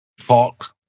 talk